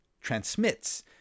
transmits